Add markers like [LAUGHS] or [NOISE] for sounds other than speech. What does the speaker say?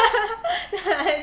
[LAUGHS]